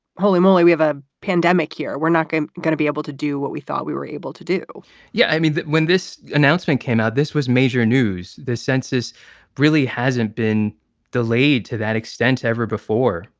holy moly, we have a pandemic here. we're not going going to be able to do what we thought we were able to do yeah, i mean, when this announcement came out, this was major news. the census really hasn't been delayed to that extent ever before.